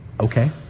okay